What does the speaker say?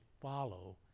follow